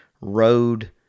road